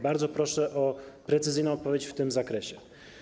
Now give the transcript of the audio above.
Bardzo proszę o precyzyjną odpowiedź w tym zakresie.